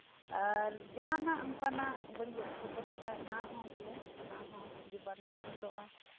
ᱡᱟᱦᱟᱱᱟᱜ ᱚᱱᱠᱟᱱᱟᱜ ᱵᱟᱲᱤᱡ ᱟᱜ ᱠᱚ ᱛᱟᱦᱮᱱ ᱠᱷᱟᱱ ᱚᱱᱟ ᱦᱚᱸ ᱵᱚᱞᱮ ᱚᱱᱟ ᱦᱚᱸ ᱡᱤᱵᱟᱱᱩ ᱢᱩᱠᱛᱚᱜᱼᱟ